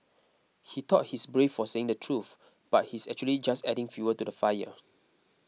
He thought he's brave for saying the truth but he's actually just adding fuel to the fire